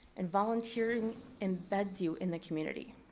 and volunteering embeds you in the community.